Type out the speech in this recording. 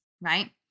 right